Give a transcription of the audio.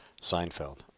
Seinfeld